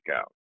out